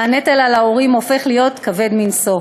והנטל על ההורים הופך להיות כבד מנשוא.